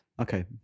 okay